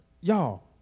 y'all